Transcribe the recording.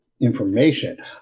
information